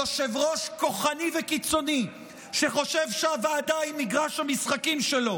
יושב-ראש כוחני וקיצוני שחושב שהוועדה היא מגרש המשחקים שלו,